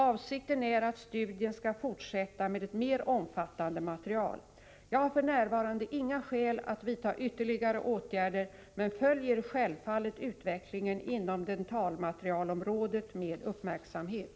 Avsikten är att studien skall fortsätta med ett mer omfattande material. Jag har f.n. inga skäl att vidta ytterligare åtgärder men följer självfallet utvecklingen inom dentalmaterialområdet med uppmärksamhet.